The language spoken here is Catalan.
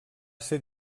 ser